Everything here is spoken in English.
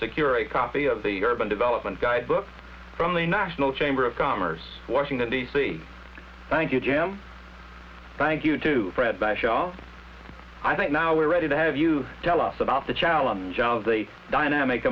secure a copy of the urban development guidebook from the national chamber of commerce washington d c thank you jim thank you to fred by shell i think now we're ready to have you tell us about the challenge of the dynamic